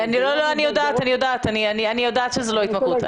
אני יודעת שזאת לא התמכרות.